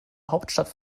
hauptstadt